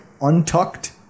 untucked